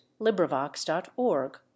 LibriVox.org